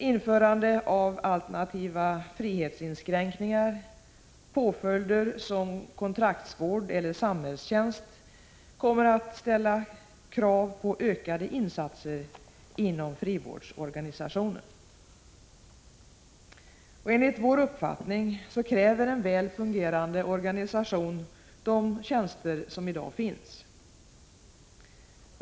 Införande av alternativa frihetsinskränkningar, påföljder som kontraktsvård eller samhällstjänst kommer att ställa krav på ökade insatser inom frivårdsorganisationen. Enligt vår uppfattning kräver en väl fungerande organisation de tjänster som i dag finns.